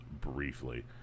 briefly